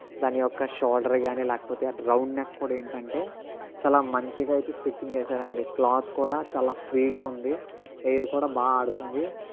దాని యొక్క షోల్డర్ కానీ లేకపోతే రౌండ్ నెక్ కూడా ఏంటి అంటే చాలా మంచిగా అయితే స్టిచ్చింగ్ చేసారు అండి క్లాత్ కూడా చాలా ఫ్రీగా ఉంది ఎయర్ కూడా బాగా ఆడుతుంది